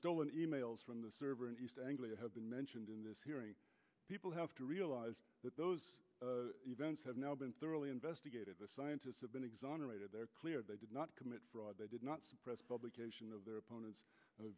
stolen emails from the server in east anglia have been mentioned in this hearing people have to realize that those events have now been thoroughly investigated the scientists have been exonerated they are clear they did not commit fraud they did not suppress publication of their opponent's